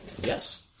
Yes